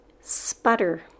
sputter